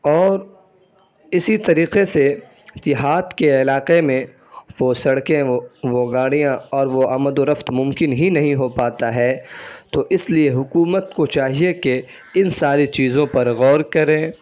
اور اسی طریقے سے دیہات کے علاقے میں وہ سڑکیں وہ وہ گاڑیاں اور وہ آمد و رفت ممکن ہی نہیں ہو پاتا ہے تو اس لیے حکومت کو چاہیے کہ ان ساری چیزوں پر غور کریں